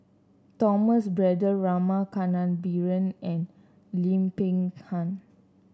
Thomas Braddell Rama Kannabiran and Lim Peng Han